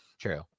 True